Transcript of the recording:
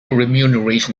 remuneration